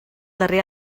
darrer